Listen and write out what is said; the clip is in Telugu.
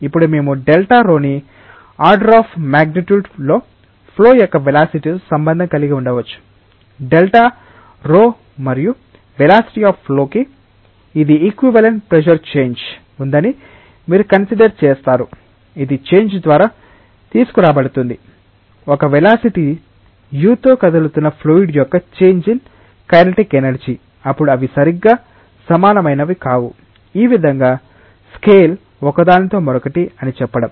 ఇప్పుడు మేము డెల్టా p ని ఆర్డర్ అఫ్ మాగ్నిట్యూడ్ లో ఫ్లో యొక్క వెలాసిటితో సంబంధం కలిగి ఉండవచ్చు డెల్టా p మరియు వెలాసిటి అఫ్ ఫ్లో కి ఇది ఈక్వివలెంట్ ప్రెషర్ చేంజ్ ఉందని మీరు కన్సిడర్ చేస్తారు ఇది చేంజ్ ద్వారా తీసుకురాబడుతుంది ఒక వెలాసిటి u తో కదులుతున్న ఫ్లూయిడ్ యొక్క చేంజ్ ఇన్ కైనెటిక్ ఎనర్జీ అప్పుడు అవి సరిగ్గా సమానమైనవి కావు ఈ విధంగా స్కేల్ ఒకదానితో మరొకటి అని చెప్పడం